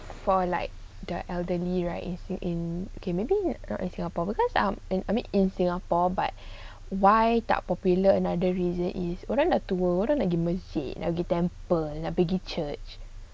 for like the elderly right is you in okay maybe not in singapore because I'm mean in singapore but why doubt popular another reason is orang dah tua orang nak pergi masjid nak pergi temple nak pergi church